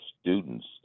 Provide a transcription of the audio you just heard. students